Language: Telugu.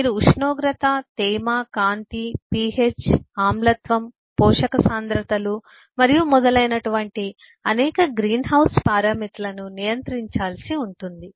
మీరు ఉష్ణోగ్రత తేమ కాంతి ph ఆమ్లత్వం పోషక సాంద్రతలు మరియు మొదలైనటువంటి అనేక గ్రీన్ హౌస్ పారామితులను నియంత్రించాల్సి ఉంటుంది